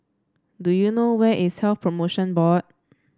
do you know where is Health Promotion Board